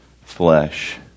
flesh